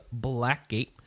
Blackgate